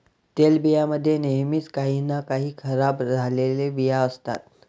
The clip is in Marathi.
तेलबियां मध्ये नेहमीच काही ना काही खराब झालेले बिया असतात